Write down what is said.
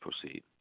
proceed